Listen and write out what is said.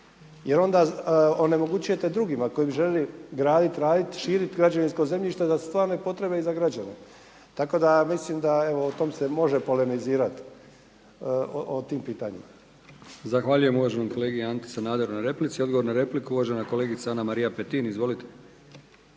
Jer onda onemogućujete drugima koji bi željeli graditi, raditi, širiti građevinsko zemljište za stvarne potrebe i za građane. Tako da mislim da evo o tome se može polemizirati o tim pitanjima. **Brkić, Milijan (HDZ)** Zahvaljujem uvaženom kolegi Anti Sanaderu na replici. Odgovor na repliku uvažena kolegica Ana-Marija Petin. Izvolite.